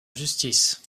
justice